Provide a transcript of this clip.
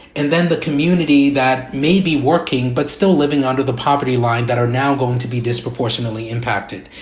and then the community that may be working, but still living under the poverty line that are now going to be disproportionately impacted.